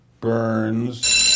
Burns